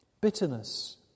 bitterness